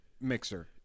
Mixer